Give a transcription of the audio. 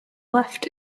left